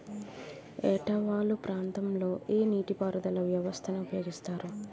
ఏట వాలు ప్రాంతం లొ ఏ నీటిపారుదల వ్యవస్థ ని ఉపయోగిస్తారు?